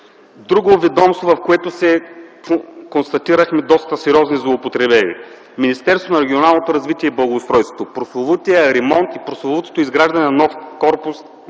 Друго ведомство, в което констатирахме доста сериозни злоупотреби – Министерството на регионалното развитие и благоустройството: прословутия ремонт и прословутото изграждане на нов корпус